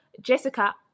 Jessica